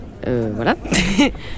Voilà